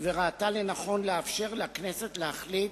וראתה לנכון לאפשר לכנסת להחליט